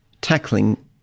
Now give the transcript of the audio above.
tackling